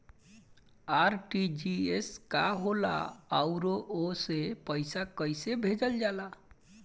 RTGS का होला आउरओ से पईसा कइसे भेजल जला?